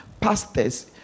pastors